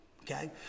Okay